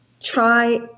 Try